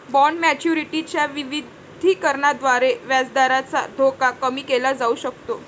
bond maturity च्या विविधीकरणाद्वारे व्याजदराचा धोका कमी केला जाऊ शकतो